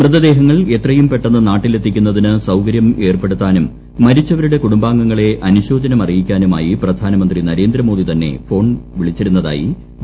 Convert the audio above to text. മൃതദേഹങ്ങൾ എത്രയും പെട്ടെന്ന് നാട്ടിലെത്തിക്കുന്നതിന് സൌകര്യം ഏർപ്പെടുത്താനും മരിച്ചവരുടെ കുടുംബാംഗങ്ങളെ അനുശോചനം അറിയിക്കാനുമായി പ്രധാനമന്ത്രി നരേന്ദ്രമോദി തന്നെ ഫോൺ വിളിച്ചിരുന്നതായി വി